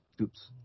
Oops